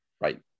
Right